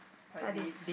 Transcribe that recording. like they